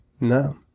no